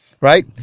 right